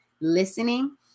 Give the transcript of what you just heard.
listening